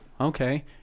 okay